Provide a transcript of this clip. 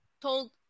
told